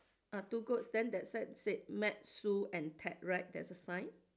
ah two goats then that side said met Sue and Ted right there's a sign